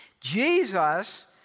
Jesus